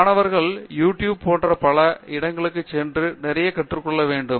மாணவர்கள் YouTube video போன்ற பல இடங்களுக்கு சென்று நிறைய கற்றுக்கொள்ள வேண்டும்